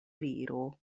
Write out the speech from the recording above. viro